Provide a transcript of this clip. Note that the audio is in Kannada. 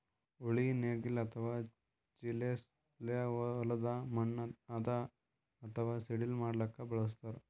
ಉಳಿ ನೇಗಿಲ್ ಅಥವಾ ಚಿಸೆಲ್ ಪ್ಲೊ ಹೊಲದ್ದ್ ಮಣ್ಣ್ ಹದಾ ಅಥವಾ ಸಡಿಲ್ ಮಾಡ್ಲಕ್ಕ್ ಬಳಸ್ತಾರ್